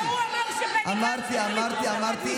כשהוא אמר שבני גנץ וחילי טרופר מדליפים,